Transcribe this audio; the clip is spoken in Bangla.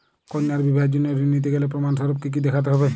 কন্যার বিবাহের জন্য ঋণ নিতে গেলে প্রমাণ স্বরূপ কী কী দেখাতে হবে?